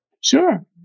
Sure